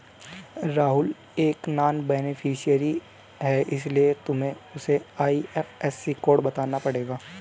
राहुल एक non beneficiary है इसीलिए तुम्हें उसे आई.एफ.एस.सी कोड बताना पड़ेगा